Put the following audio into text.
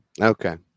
okay